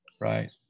right